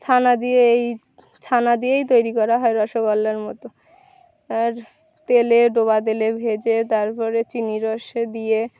ছানা দিয়ে এই ছানা দিয়েই তৈরি করা হয় রসগোল্লার মতো আর তেলে ডোবা তেলে ভেজে তারপরে চিনির রসে দিয়ে